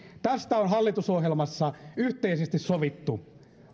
tästä on hallitusohjelmassa yhteisesti sovittu